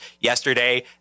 yesterday